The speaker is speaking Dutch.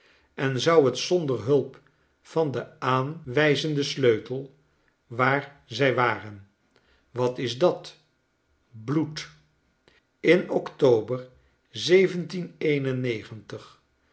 en zou het zonder hulp van den aanwijzenden sleutel waar zij waren wat is dat bloed in october